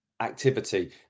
activity